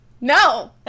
No